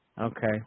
Okay